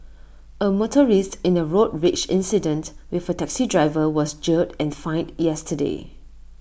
A motorist in A road rage incident with A taxi driver was jailed and fined yesterday